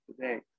today